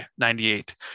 98